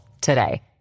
today